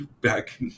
back